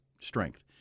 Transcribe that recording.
strength